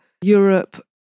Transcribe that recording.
Europe